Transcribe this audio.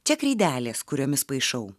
čia kreidelės kuriomis paišau